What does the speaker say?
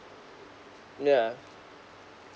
yeah